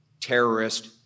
terrorist